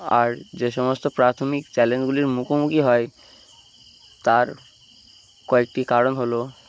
আর যে সমস্ত প্রাথমিক চ্যালেঞ্জগুলির মুখোমুখি হয় তার কয়েকটি কারণ হলো